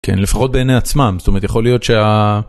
כן לפחות בעיני עצמם זאת אומרת יכול להיות שה.